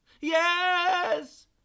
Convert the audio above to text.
Yes